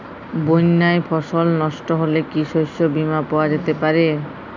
বন্যায় ফসল নস্ট হলে কি শস্য বীমা পাওয়া যেতে পারে?